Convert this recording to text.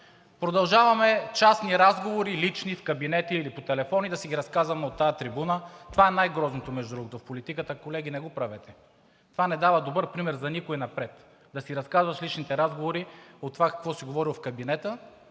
продължаваме частни разговори, лични, в кабинети или по телефони, да си ги разказваме от тази трибуна. Това е най-грозното, между другото, в политиката. Колеги, не го правете! Това не дава добър пример за никого напред – да си разказваш личните разговори от това какво си говорил в кабинета